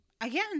again